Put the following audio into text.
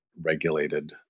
regulated